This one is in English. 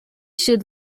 should